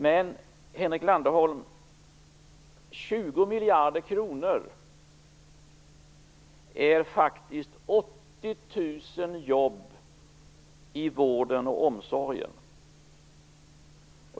Men, Henrik Landerholm, 20 miljarder kronor är faktiskt 80 000 jobb i vården och omsorgen.